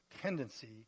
tendency